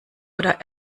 oder